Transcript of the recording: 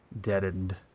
deadened